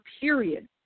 period